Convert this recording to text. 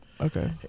Okay